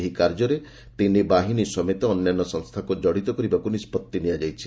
ଏହି କାର୍ଯ୍ୟରେ ତିନି ବାହିନୀ ସମେତ ଅନ୍ୟାନ୍ୟ ସଂସ୍ଥାକୁ ଜଡ଼ିତ କରିବାକୁ ନିଷ୍ପଭି ନିଆଯାଇଛି